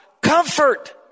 comfort